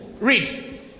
Read